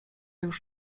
już